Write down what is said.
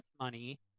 money